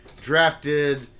drafted